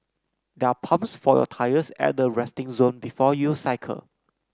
there are pumps for your tyres at the resting zone before you cycle